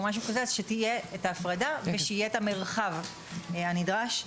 אז שתהיה ההפרדה ושיהיה המרחב הנדרש.